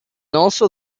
also